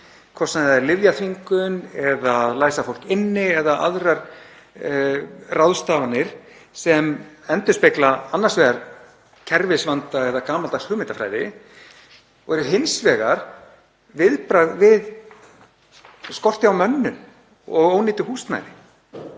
hvort sem það er lyfjaþvingun eða að læsa fólk inni eða aðrar ráðstafanir sem endurspegla annars vegar kerfisvanda eða gamaldags hugmyndafræði og eru hins vegar viðbragð við skorti á mönnun og ónýtu húsnæði.